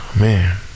Man